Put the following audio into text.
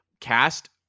cast